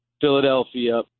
Philadelphia